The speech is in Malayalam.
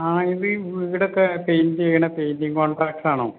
ആ ഇത് ഈ വീടൊക്കെ പെയ്ൻറ് ചെയ്യുന്ന പെയ്ൻറ്റിങ്ങ് കോൺട്രാക്റ്റർ ആണോ